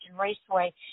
Raceway